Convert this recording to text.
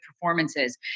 performances